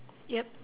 yup